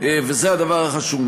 וזה הדבר החשוב,